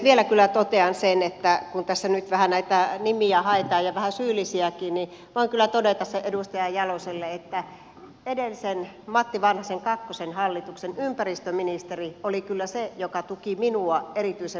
vielä kyllä totean sen että kun tässä nyt vähän näitä nimiä haetaan ja vähän syyllisiäkin niin voin kyllä todeta sen edustaja jaloselle että edellisen hallituksen matti vanhasen kakkoshallituksen ympäristöministeri oli kyllä se joka tuki minua erityisen paljon